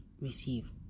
receive